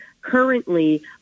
currently